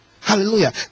Hallelujah